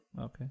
Okay